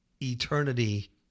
eternity